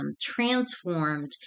transformed